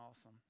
awesome